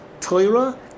Torah